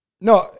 No